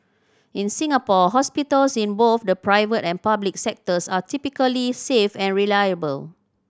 in Singapore hospitals in both the private and public sectors are typically safe and reliable